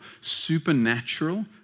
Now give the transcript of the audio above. supernatural